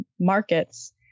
markets